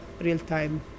real-time